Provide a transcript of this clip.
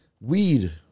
Weed